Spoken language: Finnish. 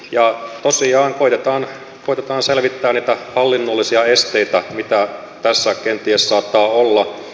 ja tosiaan koetetaan selvittää niitä hallinnollisia esteitä mitä tässä kenties saattaa olla